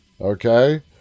Okay